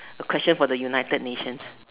a question for the United-Nations